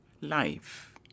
life